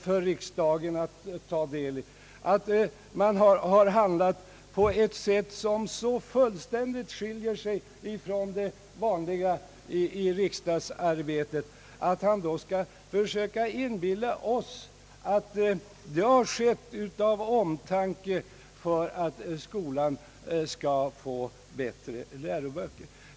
När han här handlat på ett sätt som fullständigt skiljer sig från det vanliga i riksdagsarbetet försöker han inbilla oss att det har skett av omtanke och för att skolan skall få bättre läroböcker.